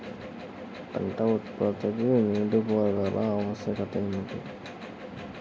పంట ఉత్పత్తికి నీటిపారుదల ఆవశ్యకత ఏమిటీ?